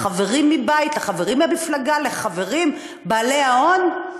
לחברים מבית, לחברים מהמפלגה, לחברים בעלי ההון.